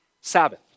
Sabbath